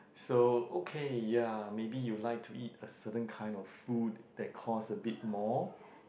so okay ya maybe you like to eat a certain kind of food that cost a bit more